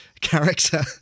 character